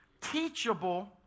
teachable